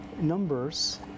numbers